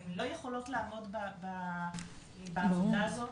הן לא יכולות לעמוד בעבודה הזאת,